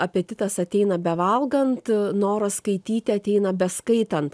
apetitas ateina bevalgant noras skaityti ateina beskaitant